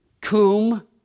Cum